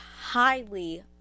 highly